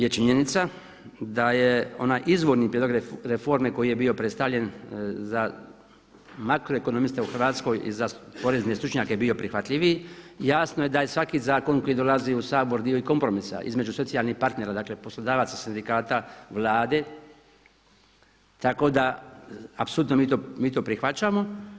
To je činjenica da je onaj izvorni prijedlog reforme koji je bio predstavljen za makroekonomiste u Hrvatskoj i za porezne stručnjake bio prihvatljiviji jasno je da je svaki zakon koji dolazi u Sabor dio i kompromisa između socijalnih partnera, dakle poslodavaca i sindikata, Vlade tako da apsolutno mi to prihvaćamo.